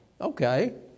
okay